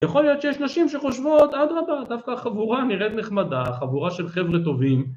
יכול להיות שיש נשים שחושבות, אדרבא, דווקא החבורה נראית נחמדה, חבורה של חבר'ה טובים